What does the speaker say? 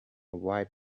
white